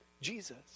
Jesus